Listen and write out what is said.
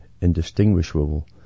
indistinguishable